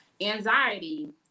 anxiety